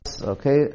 Okay